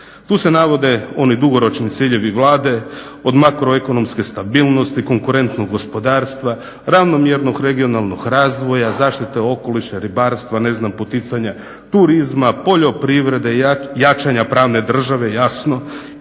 Tu se navode oni dugoročni ciljevi Vlade, od makroekonomske stabilnosti, konkurentnog gospodarstva, ravnomjernog regionalnog razvoja, zaštite okoliša, ribarstva, poticanja turizma, poljoprivrede, jačanja pravne države jasno